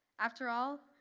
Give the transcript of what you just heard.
after all,